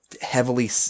heavily